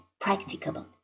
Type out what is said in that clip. practicable